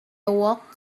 walked